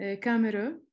camera